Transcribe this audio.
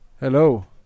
Hello